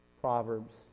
Proverbs